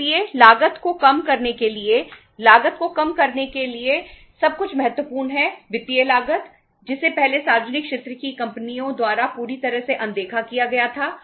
इसलिए लागत को कम करने के लिए लागत को कम करने के लिए सब कुछ महत्वपूर्ण है वित्तीय लागत जिसे पहले सार्वजनिक क्षेत्र की कंपनियों द्वारा पूरी तरह से अनदेखा किया गया था